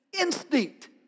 Instinct